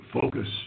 focus